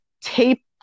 tape